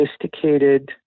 sophisticated